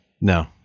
No